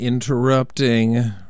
Interrupting